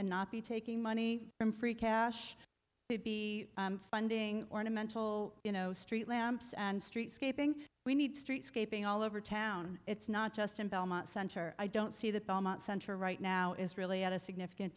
and not be taking money from free cash to be funding ornamental you know street lamps and street scaping we need street scaping all over town it's not just in belmont center i don't see that belmont center right now is really at a significant